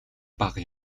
бага